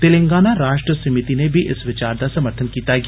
तेलंगाना राष्ट्र समीति नै बी इस विचार दा समर्थन कीता ऐ